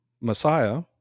Messiah